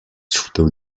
through